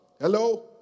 Hello